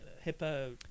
hippo